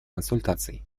консультаций